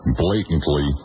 blatantly